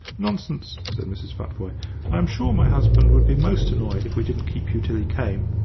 nonsense! said mrs. futvoye i am sure my husband would be most annoyed if we didn't keep you till he came.